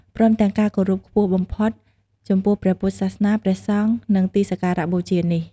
ព្រមទាំងការគោរពខ្ពស់បំផុតចំពោះព្រះពុទ្ធសាសនា ព្រះសង្ឃ និងទីសក្ការបូជានេះ។